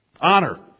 Honor